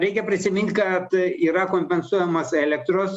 reikia prisimint kad yra kompensuojamas elektros